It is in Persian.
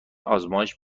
آزمایش